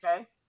Okay